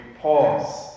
pause